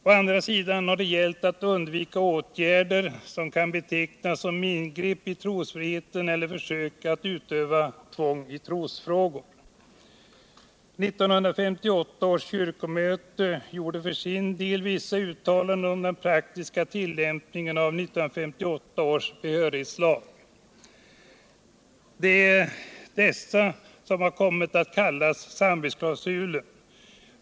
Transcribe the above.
Å andra sidan har det gällt att undvika åtgärder som kan betecknas som ingrepp i trosfriheten eller försök att utöva tvång i trosfrågor. 1958 års kyrkomöte gjorde vissa uttalanden om den praktiska tillämpningen av 1958 års behörighetslag. Det är dessa som har kommit att kallas ”samvetsklausulen”.